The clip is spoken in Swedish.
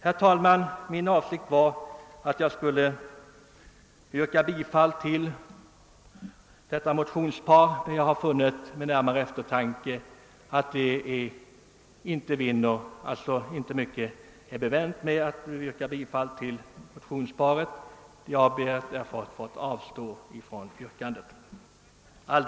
Jag hade för avsikt att yrka bifall till nämnda motionspar, men jag avstår därifrån emedan jag finner att jag knappast kan påräkna kammarens bifall.